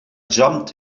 jumped